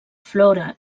flora